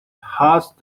host